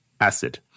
acid